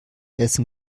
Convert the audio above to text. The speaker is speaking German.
essen